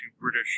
British